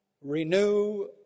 Renew